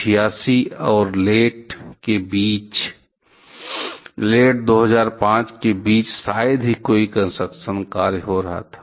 1986 और लेट के बीच शायद ही कोई कंस्ट्रक्शन कार्य चल रहा था